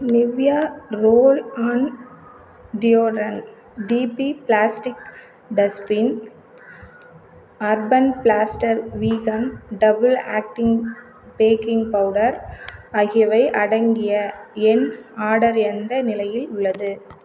Nivea roll on deodorant டிபி plastic dustbin urban plaster vegan double acting baking powder ஆகியவை அடங்கிய என் order எந்த நிலையில் உள்ளது